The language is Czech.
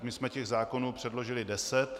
My jsme zákonů předložili deset.